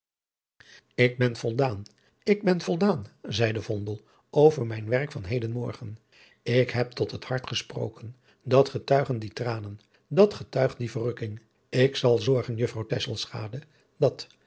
ik ben voldaan ik ben voldaan zeide vondel over mijn werk van heden morgen ik heb tot het hart gesproken dat getuigen die tranen dat getuigt die verrukking ik zal zorgen juffrouw tesselschade dat